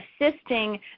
assisting